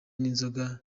n’inzoga